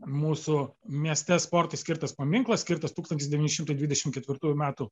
mūsų mieste sportui skirtas paminklas skirtas tūkstantis devyni šimtai dvidešim ketvirtųjų metų